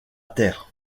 terre